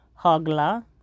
Hogla